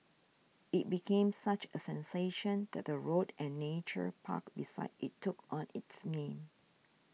it became such a sensation that a road and nature park beside it took on its name